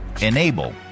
enable